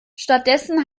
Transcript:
stattdessen